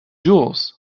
jewels